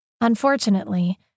Unfortunately